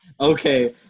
Okay